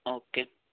okay